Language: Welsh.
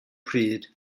pryd